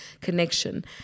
connection